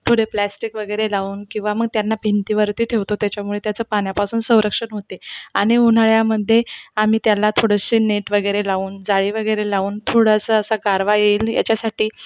पुढे प्लास्टिक वगैरे लावून किंवा मग त्यांना भिंतीवरती ठेवतो त्याच्यामुळे त्याचं पाण्यापासून संरक्षण होते आणि उन्हाळ्यामध्ये आम्ही त्याला थोडेसे नेट वगेरे लावून जाळी वगैरे लावून पुढं असं असा गारवा येईल याच्यासाठी